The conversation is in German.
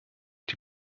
die